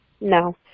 No